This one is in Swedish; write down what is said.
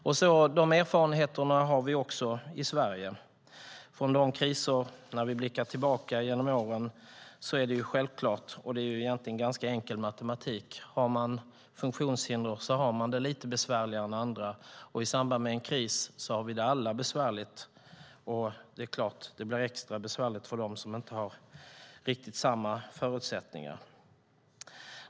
Vi har dessa erfarenheter också i Sverige från de kriser vi har haft när vi blickar tillbaka genom åren. Det är självklart, och det är egentligen ganska enkel matematik, att man har det lite besvärligare än andra om man har funktionshinder. I samband med en kris har vi det alla besvärligt, och det är klart att det blir extra besvärligt för dem som inte har riktigt samma förutsättningar.